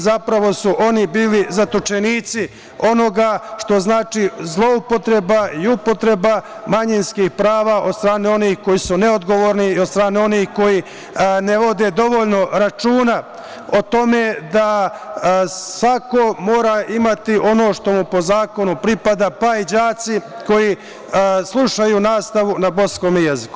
Zapravo, oni su bili zatočenici onoga što znači zloupotreba i upotreba manjinskih prava od strane onih koji su neodgovorni i od strane onih koji ne vode dovoljno računa o tome da svako mora imati ono što mu po zakonu pripada, pa i đaci koji slušaju nastavu na bosanskom jeziku.